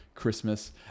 christmas